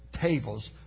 tables